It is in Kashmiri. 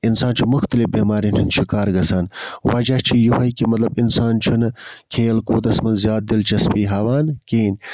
اِنسان چھُ مُختَلِف بیٚماریٚن ہُنٛد شِکار گَژھان وَجہ چھُ یِہوٚے کہِ اِنسان چھُ نہٕ کھیل کوٗدَس مَنٛز زیادٕ دِلچَسپی ہاوان کِہیٖنۍ